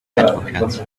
advocates